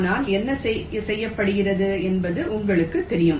அதனால் என்ன செய்யப்படுகிறது என்பது உங்களுக்குத் தெரியும்